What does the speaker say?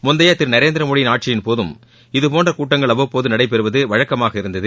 முந்தைய திரு நரேந்திரமோடியின் ஆட்சியின்போதும் இதபோன்ற கூட்டங்கள் அவ்வப்போது நடைபெறுவது வழக்கமாக இருந்தது